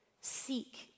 Seek